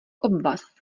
obvaz